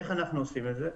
איך אנחנו עושים את זה?